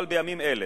אבל בימים אלה,